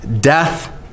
Death